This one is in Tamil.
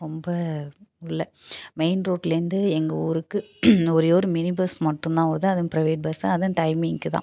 ரொம்ப உள்ள மெயின் ரோட்லேருந்து எங்கள் ஊருக்கு ஒரே ஒரு மினி பஸ் மட்டும் தான் ஓடுது அதுவும் ப்ரைவேட் பஸ்ஸு அதுவும் டைமிங்க்கு தான்